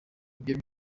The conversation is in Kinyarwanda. ibyo